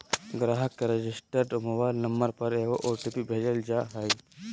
ग्राहक के registered mobile number पर एगो ओ.टी.पी भेजल जा हइ